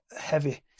heavy